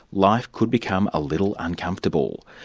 life could become a little uncomfortable.